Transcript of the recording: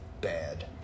bad